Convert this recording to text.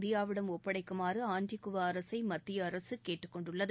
இந்தியாவிடம் ஒப்படைக்குமாறு ஆண்டிகுவா அரசை மத்திய அரசு கேட்டுக்கொண்டுள்ளது